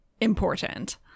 important